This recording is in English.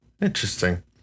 Interesting